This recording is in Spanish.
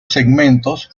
segmentos